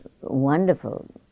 wonderful